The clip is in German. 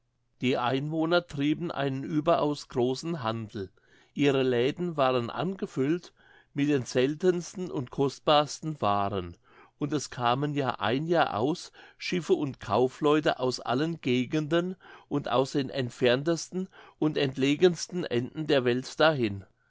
die einwohner trieben einen überaus großen handel ihre läden waren angefüllt mit den seltensten und kostbarsten waaren und es kamen jahr ein jahr aus schiffe und kaufleute aus allen gegenden und aus den entferntesten und entlegensten enden der welt dahin